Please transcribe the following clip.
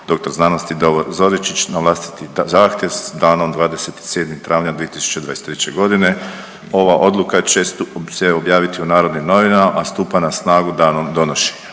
HRT-a dr.sc. Davor Zoričić na vlastiti zahtjev s danom 27. travnja 2023.g. Ova odluka će se objaviti u Narodnim novinama, a stupa na snagu danom donošenja.